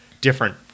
different